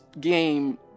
game